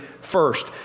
first